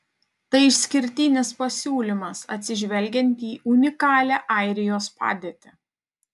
tai išskirtinis pasiūlymas atsižvelgiant į unikalią airijos padėtį